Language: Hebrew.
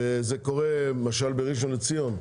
וזה קורה, למשל, בראשון לציון: